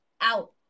out